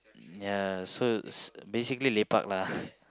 mm ya so basically lepak lah